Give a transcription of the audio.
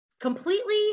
completely